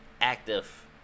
Active